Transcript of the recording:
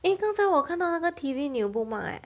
eh 刚才我看到那个 T_V 你有 bookmark eh